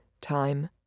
time